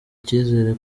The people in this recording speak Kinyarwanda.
icyizere